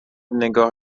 نگاه